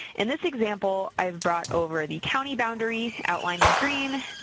in this example i've brought over the county boundary outlined in green,